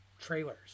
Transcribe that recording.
trailers